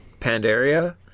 Pandaria